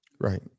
right